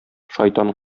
шайтан